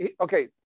okay